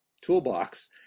toolbox